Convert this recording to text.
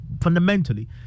fundamentally